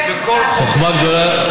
שמעכב את זה, לא, חוכמה גדולה.